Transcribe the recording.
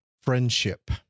friendship